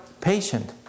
patient